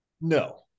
no